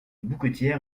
bouquetière